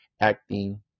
Acting